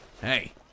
Hey